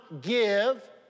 give